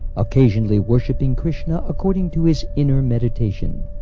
occasionally worshiping krishna according to his inner meditation.